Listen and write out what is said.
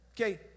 Okay